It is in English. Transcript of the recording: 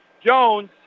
Jones